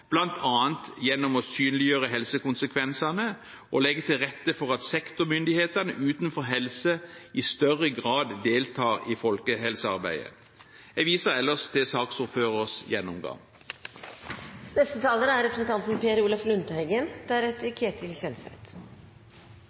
gjennom å synliggjøre helsekonsekvensene og legge til rette for at sektormyndighetene utenfor helse i større grad deltar i folkehelsearbeidet. Jeg viser ellers til